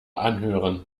anhören